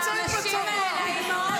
אתם שותקים לו, אתם.